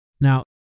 Now